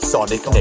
Sonic